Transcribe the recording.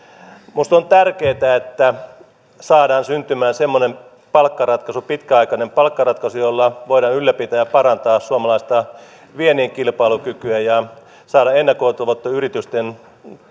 minusta on tärkeätä että saadaan syntymään semmoinen pitkäaikainen palkkaratkaisu jolla voidaan ylläpitää ja parantaa suomalaista viennin kilpailukykyä ja saada ennakoitavuutta yritysten